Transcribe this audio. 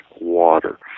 water